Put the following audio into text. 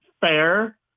fair